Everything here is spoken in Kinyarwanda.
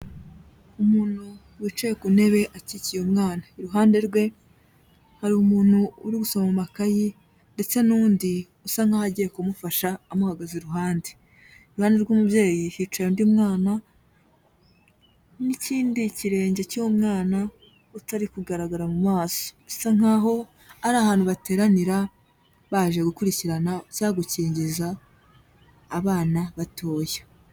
Umuntu wicaye ku ntebe akikiye umwana. Iruhande rwe hari umuntu uri gusoma mu makayi ndetse n'undi usa nkaho agiye kumufasha amuhagaze iruhande. Iruhande rw'umubyeyi hicaye undi mwana n'ikindi kirenge cy'umwana utari kugaragara mu maso. Bisa nkaho ari ahantu bateranira baje gukurikirana cyangwa gukingiza abana batoya.